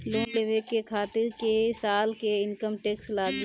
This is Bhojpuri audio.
लोन लेवे खातिर कै साल के इनकम टैक्स लागी?